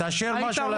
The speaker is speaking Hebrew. תשאיר משהו לסיעה.